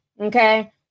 Okay